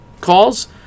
calls